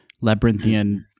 labyrinthian